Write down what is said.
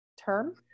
term